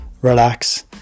relax